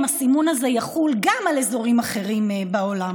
כן הסימון הזה יחול גם על אזורים אחרים בעולם.